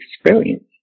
experience